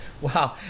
wow